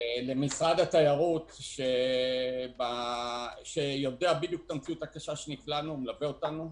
למשרד התיירות שיודע בדיוק את המציאות הקשה שנקלענו אליה ומלווה אותנו.